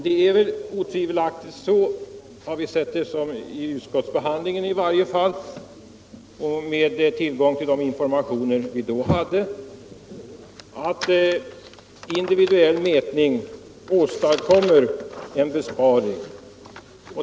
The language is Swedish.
Den individuella mätningen åstadkommer otvivelaktigt — så har vi i alla fall sett det vid utskottsbehandlingen — en besparing.